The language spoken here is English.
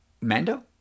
mando